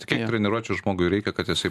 kiek treniruočių žmogui reikia kad jisai